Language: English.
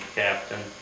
captain